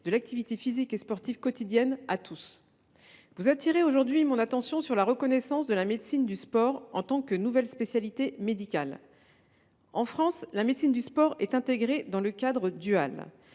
de l’activité physique et sportive quotidienne à tous. Vous attirez aujourd’hui notre attention sur la reconnaissance de la médecine du sport en tant que nouvelle spécialité médicale. En France, elle est intégrée dans un cadre dual.